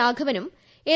രാഘവനും L